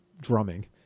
drumming